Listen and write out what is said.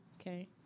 okay